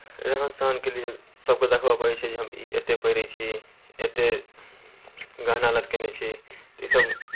रहन सहनके लिए सभकेँ देखबय पड़ै छै जे हम ई एतेक पहिरै छी एतेक गहना लटकेने छी तऽ इसभ